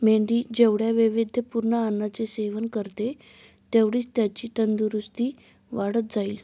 मेंढी जेवढ्या वैविध्यपूर्ण अन्नाचे सेवन करेल, तेवढीच त्याची तंदुरस्ती वाढत जाईल